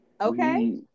Okay